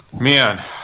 man